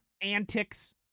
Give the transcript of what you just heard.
antics